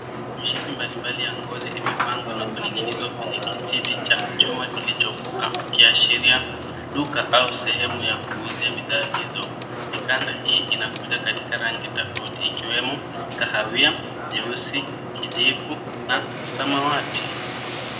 Mishipi mbali mbali ya ngozi imepangwa na kuning'inizwa kwenye kijiti cha chuma kilichovuka ikiashiria duka au sehemu ya kuuzia bidhaa hizo. Mikanda hii inakuja katika rangi tofauti ikiwemo kahawia nyeusi kijivu na samawati.